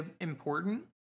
important